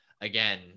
again